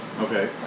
Okay